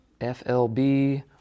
FLB